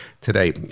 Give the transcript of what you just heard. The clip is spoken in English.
today